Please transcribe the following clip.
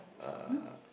uh